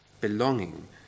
belonging